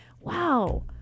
wow